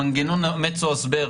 מנגנון "אמץ או הסבר",